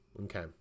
Okay